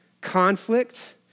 conflict